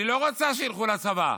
אני לא רוצה שילכו לצבא.